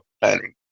planning